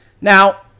Now